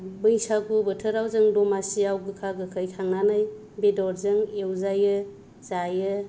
बैसागु बोथोराव जों दमासिआव गोखा गोखै खानानै बेदरजों एवजायो जायो